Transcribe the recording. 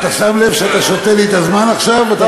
אתה שם לב שאתה שותה לי את הזמן עכשיו, ?